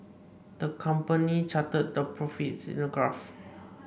the company charted their profits in a graph